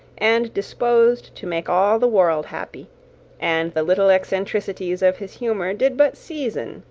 and disposed to make all the world happy and the little eccentricities of his humour did but season,